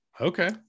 Okay